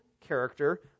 character